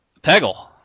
Peggle